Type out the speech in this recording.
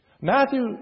Matthew